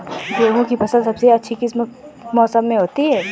गेंहू की फसल सबसे अच्छी किस मौसम में होती है?